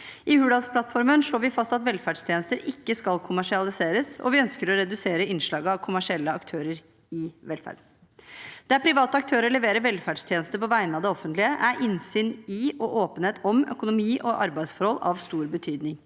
I Hurdalsplattformen slår vi fast at velferdstjenester ikke skal kommersialiseres, og vi ønsker å redusere innslaget av kommersielle aktører i velferden. Der private aktører leverer velferdstjenester på vegne av det offentlige, er innsyn i og åpenhet om økonomi og arbeidsforhold av stor betydning.